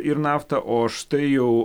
ir naftą o štai jau